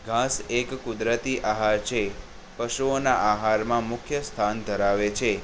ઘાસ એક કુદરતી આહાર છે પશુઓના આહારમાં મુખ્ય સ્થાન ધરાવે છે